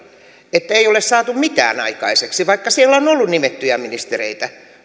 ei ole saatu mitään aikaiseksi vaikka siellä on on ollut nimettyjä ministereitä